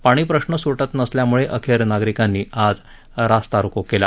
पाणीप्रश्न सुटत नसल्यामुळे अखेर नागरिकांनी आज रस्ता रोको केला